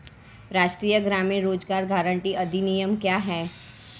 राष्ट्रीय ग्रामीण रोज़गार गारंटी अधिनियम क्या है?